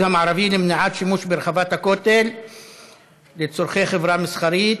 המערבי למניעת שימוש ברחבת הכותל לצורכי חברה מסחרית,